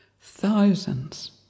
thousands